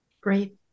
Great